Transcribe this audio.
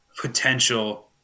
potential –